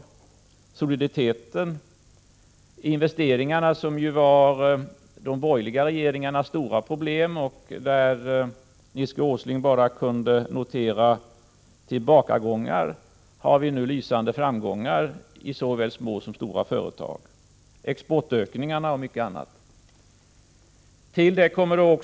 Beträffande soliditeten och investeringarna, som var de borgerliga regeringarnas stora problem, kunde Nils Åsling bara notera tillbakagångar. I fråga om detta har vi nu lysande framgångar i såväl små som stora företag. Detta visar exportökningarna och mycket annat.